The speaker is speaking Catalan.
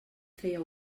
feia